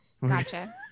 Gotcha